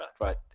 right